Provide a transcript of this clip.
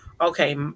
okay